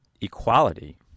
equality